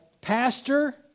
pastor